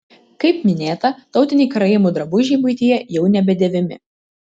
kaip minėta tautiniai karaimų drabužiai buityje jau nebedėvimi